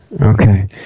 Okay